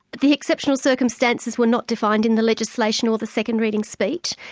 the exceptional circumstances were not defined in the legislation or the second reading speech.